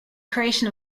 creation